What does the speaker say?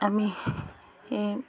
আমি